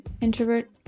introvert